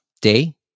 day